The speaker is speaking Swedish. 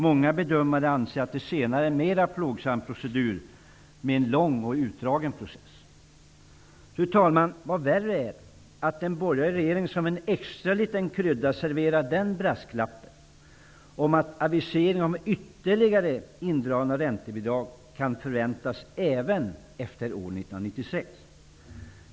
Många bedömare anser det vara en mera plågsam procedur med en lång och utdragen process. Fru talman! Än värre är att den borgerliga regeringen som en extra liten krydda serverar brasklappen att aviseringar om ytterligare indragning av räntebidrag kan förväntas även efter år 1996.